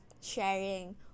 sharing